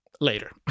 later